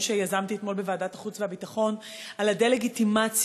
שיזמתי אתמול בוועדת החוץ והביטחון על הדה-לגיטימציה